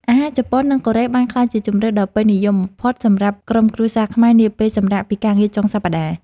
អាហារជប៉ុន និងកូរ៉េបានក្លាយជាជម្រើសដ៏ពេញនិយមបំផុតសម្រាប់ក្រុមគ្រួសារខ្មែរនាពេលសម្រាកពីការងារចុងសប្តាហ៍។